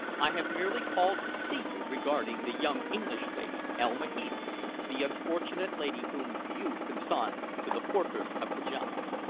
i have merely called to see you regarding the young english lady, elma heath the unfortunate lady whom you consigned to the fortress of kajana.